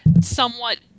somewhat